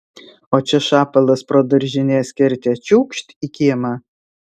o čia šapalas pro daržinės kertę čiūkšt į kiemą